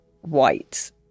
white